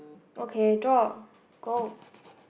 okay draw go